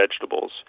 vegetables